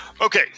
Okay